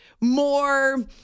more